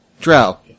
drow